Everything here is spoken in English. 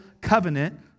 covenant